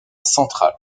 central